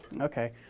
Okay